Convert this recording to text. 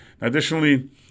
Additionally